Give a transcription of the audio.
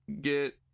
get